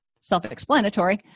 self-explanatory